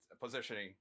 positioning